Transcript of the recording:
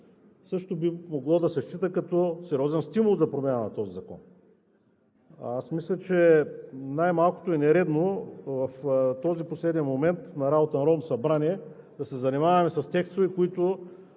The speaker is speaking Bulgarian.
също би могло да се счита като сериозен стимул за промяна на този закон. Аз мисля, че най-малкото е нередно в този последен момент на работа на Народното събрание да се занимаваме с текстове, които